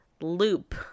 loop